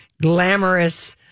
glamorous